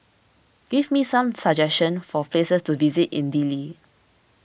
give me some suggestions for places to visit in Dili